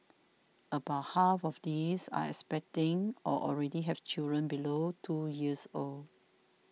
about half of these are expecting or already have children below two years old